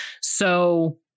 So-